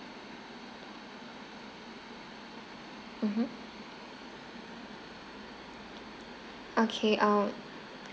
mmhmm okay err